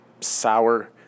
sour